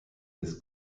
des